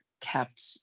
kept